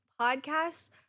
podcasts